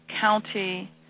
County